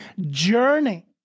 journey